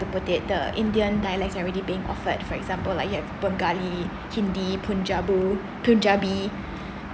to put it the indian dialects are already being offered for example like you have bengali hindi punjabu punjabi